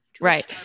Right